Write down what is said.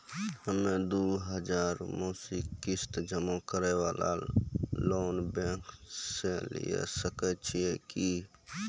हम्मय दो हजार मासिक किस्त जमा करे वाला लोन बैंक से लिये सकय छियै की?